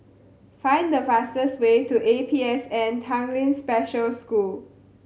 find the fastest way to A P S N Tanglin Special School